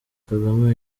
kagame